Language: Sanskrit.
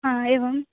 हा एवम्